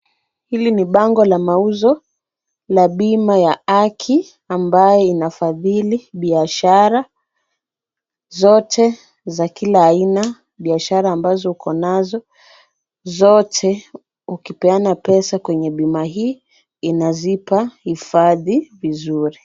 Hili ni bango la mauzo la bima ya haki ambayo inafadhili biashara zote za kila aina. Biashara ambazo uko nazo zote ukipeana pesa kwenye bima hii inazipa hifadhi vizuri.